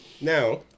now